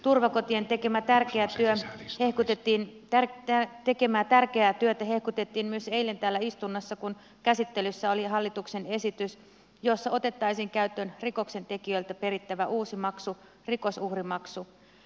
turvakotien tekemää tärkeää syön sen ehdotettiin täyttää tekemä tärkeää työtä hehkutettiin myös eilen täällä istunnossa kun käsittelyssä oli hallituksen esitys jossa otettaisiin käyttöön rikoksentekijöiltä perittävä uusi maksu rikosuhrimaksu